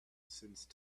since